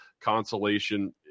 consolation